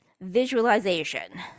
visualization